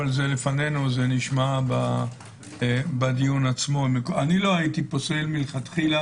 אבל זה עוד נשמע בדיון אני לא פוסל מלכתחילה